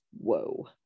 whoa